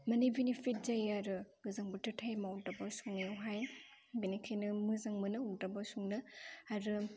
माने बेनिफिट जायो आरो गोजां बोथोर टाइमाव अरदाबाव संनायावहाय बेनिखायनो मोजां मोनो अरदाबाव संनो आरो